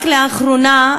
רק לאחרונה,